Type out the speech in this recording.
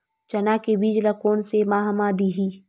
चना के बीज ल कोन से माह म दीही?